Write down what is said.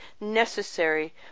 necessary